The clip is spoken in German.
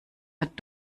wird